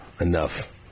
enough